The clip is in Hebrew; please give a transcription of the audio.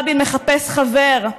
רבין מחפש חבר.